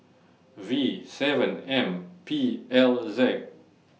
V seven M P L Z